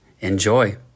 Enjoy